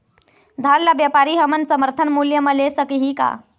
धान ला व्यापारी हमन समर्थन मूल्य म ले सकही का?